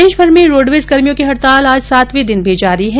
प्रदेशभर में रोड़वेज कर्मियों की हड़ताल आज सातवें दिन भी जारी है